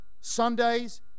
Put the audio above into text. Sundays